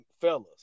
fellas